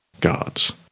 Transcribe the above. gods